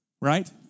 right